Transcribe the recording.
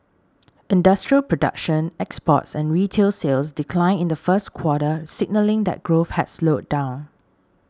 industrial production exports and retail sales declined in the first quarter signalling that growth had slowed down